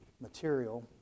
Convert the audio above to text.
material